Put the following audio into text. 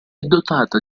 dotata